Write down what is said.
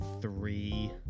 three